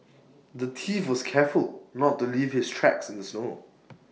the thief was careful to not leave his tracks in the snow